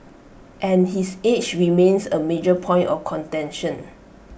and his age remains A major point of contention